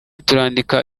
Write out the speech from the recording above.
turandika